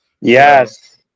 Yes